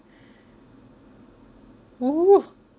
!whoa! !whoa!